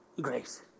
grace